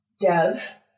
Dev